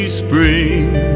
spring